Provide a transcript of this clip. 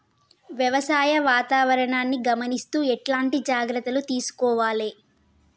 వ్యవసాయ వాతావరణాన్ని గమనిస్తూ ఎట్లాంటి జాగ్రత్తలు తీసుకోవాలే?